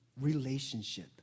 relationship